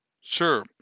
Sure